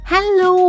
Hello